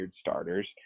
starters